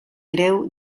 greu